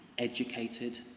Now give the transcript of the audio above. educated